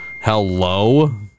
hello